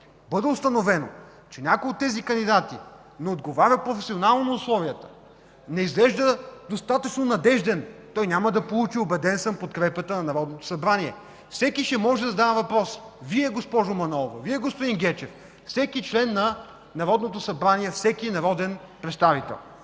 бъде установено, че някой от тези кандидати не отговаря професионално на условията, не изглежда достатъчно надежден, убеден съм, че той няма да получи подкрепата на Народното събрание. Всеки ще може да задава въпрос. Вие, госпожо Манолова, Вие, господин Гечев, всеки член на Народното събрание, всеки народен представител.